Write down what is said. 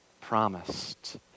promised